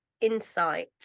Insight